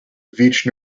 veitch